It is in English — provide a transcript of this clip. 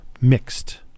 Mixed